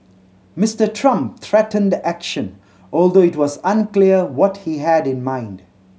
Mister Trump threatened action although it was unclear what he had in mind